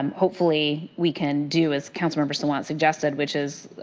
um hopefully, we can do as councilmember sawant suggested, which is